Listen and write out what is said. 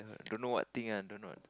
don't know what thing lah don't know